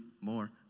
more